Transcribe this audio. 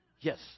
Yes